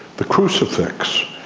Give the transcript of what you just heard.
the crucifix,